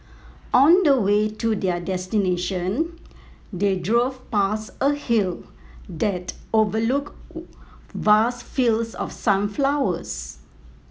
on the way to their destination they drove past a hill that overlooked vast fields of sunflowers